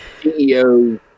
CEO